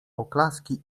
oklaski